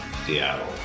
Seattle